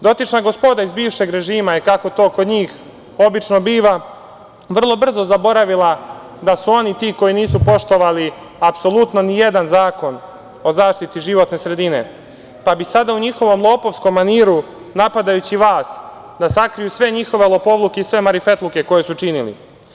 Dotična gospoda iz bivšeg režima, kako to kod njih obično biva, vrlo brzo su zaboravila da su oni ti koji nisu poštovali apsolutno nijedan Zakon o zaštiti životne sredine, pa bi sada u njihovom lopovskom maniru, napadajući vas da sakriju sve njihove lopovluke i sve njihove marifetluke koje su činili.